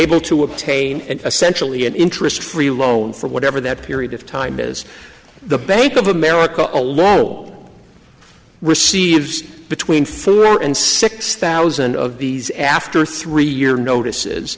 able to obtain an essentially an interest free loan for whatever that period of time is the bank of america alone receives between food and six thousand of these after three year notices